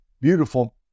beautiful